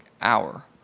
hour